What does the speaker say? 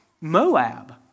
Moab